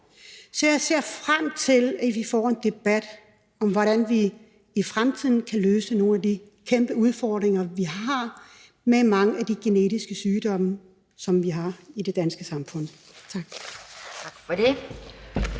Så jeg ser frem til, at vi får en debat om, hvordan vi i fremtiden kan løse nogle af de kæmpe udfordringer, vi har, med mange af de genetiske sygdomme, som vi har i det danske samfund. Tak.